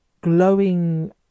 glowing